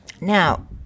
Now